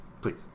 Please